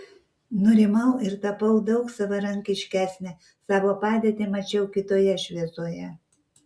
nurimau ir tapau daug savarankiškesnė savo padėtį mačiau kitoje šviesoje